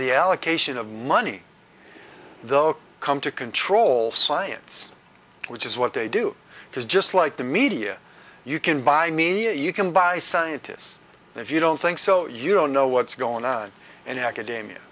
the allocation of money those come to control science which is what they do because just like the media you can buy media you can buy scientists and if you don't think so you don't know what's going on in academia